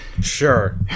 Sure